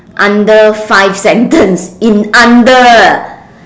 under five sentence in under